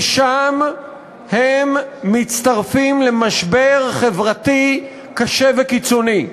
ושם הם מצטרפים למשבר חברתי קשה וקיצוני.